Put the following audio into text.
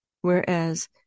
whereas